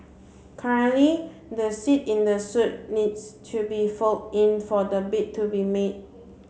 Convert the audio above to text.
currently the seat in the suite needs to be fold in for the bed to be made